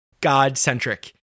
God-centric